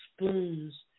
spoons